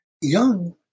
Young